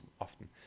often